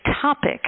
topic